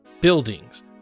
buildings